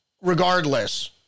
Regardless